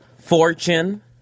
fortune